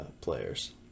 players